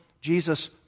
Jesus